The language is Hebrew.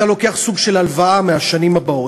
אתה לוקח סוג של הלוואה מהשנים הבאות.